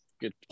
Good